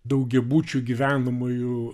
daugiabučių gyvenamųjų